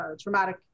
traumatic